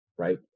right